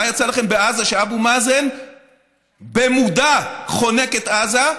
מה יצא לכם בעזה, שאבו מאזן במודע חונק את עזה,